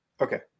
Okay